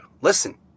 listen